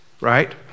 right